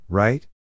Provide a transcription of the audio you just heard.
right